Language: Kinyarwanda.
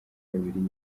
kabiri